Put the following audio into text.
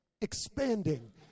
expanding